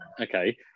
Okay